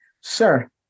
Sir